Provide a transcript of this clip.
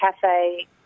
cafe